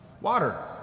water